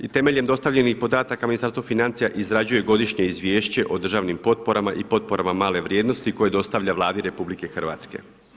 I temeljem dostavljenih podataka Ministarstvo financija izrađuje Godišnje izvješće o državnim potporama i potporama male vrijednosti koje dostavlja Vladi Republike Hrvatske.